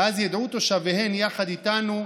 ואז ידעו תושביהן, יחד איתנו,